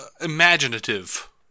imaginative